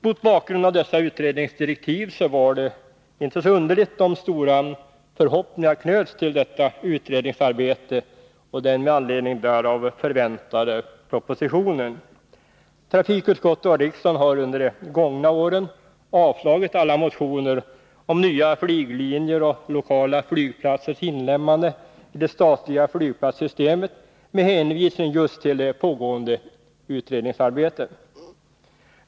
Mot bakgrund av dessa utredningsdirektiv var det inte så underligt om stora förhoppningar knöts till detta utredningsarbete och den med anledning därav förväntade propositionen. Riksdagen har på förslag av trafikutskottet under de gångna åren avslagit alla motioner om nya flyglinjer och lokala flygplatsers inlemmande i det statliga flygplatssystemet med hänvisning till det pågående utredningsarbetet.